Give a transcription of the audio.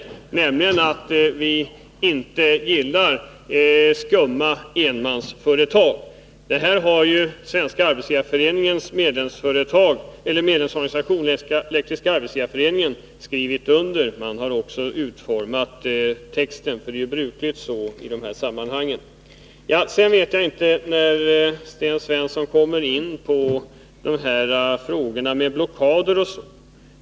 Det handlar ju nämligen om att vi inte gillar skumma enmansföretag. Svenska arbetsgivareföreningens medlemsorganisation Elektriska arbetsgivareföreningen har skrivit under det här avtalet, och man har också utformat texten — det är ju vad som är brukligt i sådana här sammanhang. Sten Svensson kom också in på frågan om blockader.